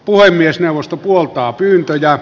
puhemiesneuvosto puoltaa pyyntöjä